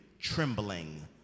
trembling